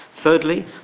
Thirdly